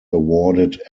awarded